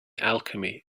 alchemy